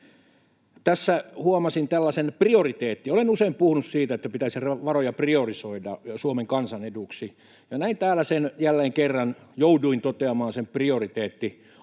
tässä huomasin tällaisen prioriteetin. Olen usein puhunut siitä, että pitäisi varoja priorisoida Suomen kansan eduksi, ja näin täällä jälleen kerran jouduin toteamaan sen prioriteettiongelman.